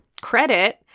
credit